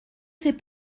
s’est